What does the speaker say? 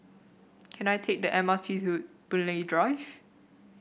can I take the M R T to Boon Lay Drive